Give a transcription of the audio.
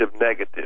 negative